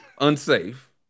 unsafe